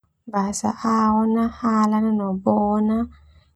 Bahasa oana hala na no bona.